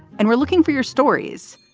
and we're looking for your stories.